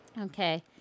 Okay